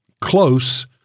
close